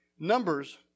Numbers